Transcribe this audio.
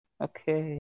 Okay